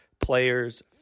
players